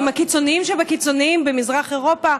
עם הקיצונים שבקיצונים במזרח אירופה.